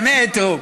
לאן אתה הולך?